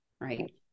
right